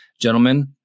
gentlemen